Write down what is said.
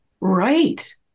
Right